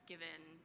given